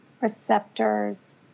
receptors